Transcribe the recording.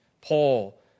Paul